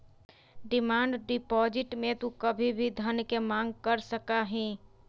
demand deposit में तू कभी भी धन के मांग कर सका हीं